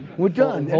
we're done.